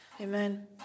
Amen